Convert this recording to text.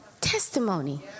testimony